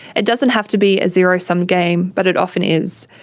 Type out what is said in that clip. it doesn't have to be a zero-sum game, but it often is.